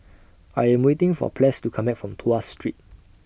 I Am waiting For Ples to Come Back from Tuas Street